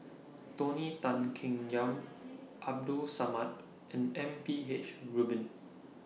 Tony Tan Keng Yam Abdul Samad and M P H Rubin